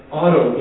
auto